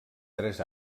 tres